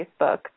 Facebook